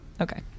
Okay